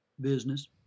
business